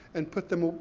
and put them,